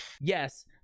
yes